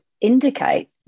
indicate